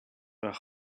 where